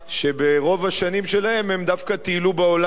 שברוב השנים שלהם הם דווקא טיילו בעולם,